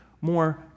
more